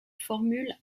formules